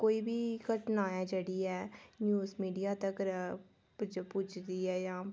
ओह् कोई बी घटना ऐ जेह्ड़ी ऐ न्यूज़ मीडिया तक्कर पुजदी ऐ जां